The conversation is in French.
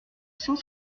cent